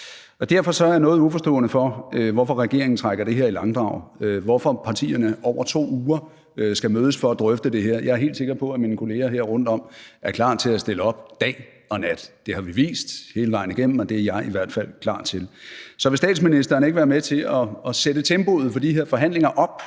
Derfor er jeg også noget uforstående over for, at regeringen trækker det her i langdrag – hvorfor skal partierne over 2 uger mødes og drøfte det her? Jeg er helt sikker på, at mine kolleger her rundt om mig er klar til at stille op dag og nat. Det har vi vist hele vejen igennem, og det er jeg i hvert fald klar til. Så vil statsministeren ikke være med til at sætte tempoet for de her forhandlinger op,